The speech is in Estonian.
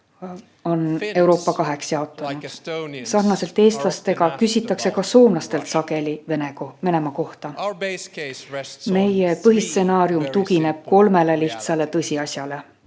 on Euroopa kaheks jaotanud. Sarnaselt eestlastega küsitakse ka soomlastelt sageli Venemaa kohta. Meie põhistsenaarium tugineb kolmele lihtsale tõsiasjale.